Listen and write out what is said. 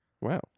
wow